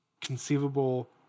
conceivable